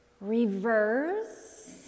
reverse